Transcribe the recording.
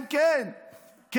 כן, כן.